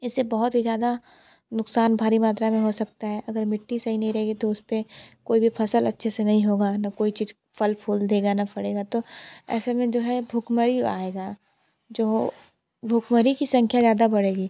इसे बहुत ही ज़्यादा नुक़सान भारी मात्रा में हो सकता है अगर मिट्टी सही नहीं रहेगी तो उस पर कोई भी फ़सल अच्छे से नहीं होगी ना कोई फल फूल देगा ना फलेगा तो ऐसे में जो है भुखमरी आएगी जो भुखमरी की संख्या ज़्यादा बढ़ेगी